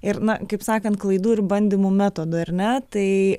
ir na kaip sakant klaidų ir bandymų metodu ar ne tai